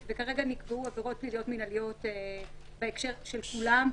וכרגע נקבעו עבירות פליליות מינהליות בהקשר כולם,